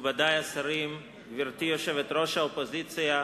מכובדי השרים, גברתי יושבת-ראש האופוזיציה,